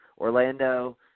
Orlando